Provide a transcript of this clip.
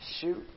shoot